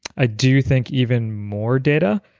i do think even more data,